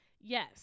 yes